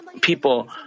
people